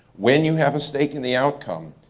when you have a stake in the outcome,